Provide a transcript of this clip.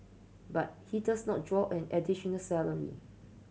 but he does not draw an additional salary